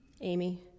Amy